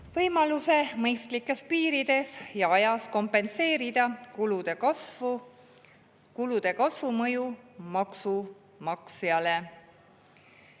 palun! … mõistlikes piirides ja ajas kompenseerida kulude kasvu mõju maksu maksjale.